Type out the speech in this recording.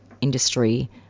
industry